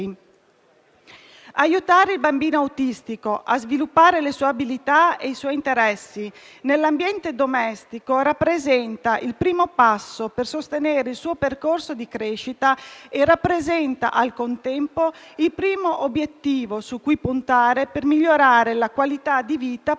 Aiutare il bambino autistico a sviluppare le sue abilità e i suoi interessi nell'ambiente domestico rappresenta il primo passo per sostenere il suo percorso di crescita e rappresenta, al contempo, il primo obiettivo su cui puntare per migliorare la qualità di vita propria